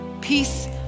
peace